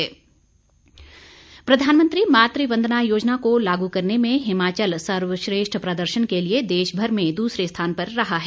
पुरस्कार प्रधानमंत्री मातु वंदना योजना को लागू करने में हिमाचल सर्वश्रेष्ठ प्रदर्शन के लिए देशभर में दूसरे स्थान पर रहा है